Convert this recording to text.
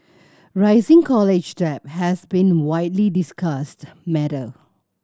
rising college debt has been widely discussed matter